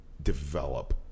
develop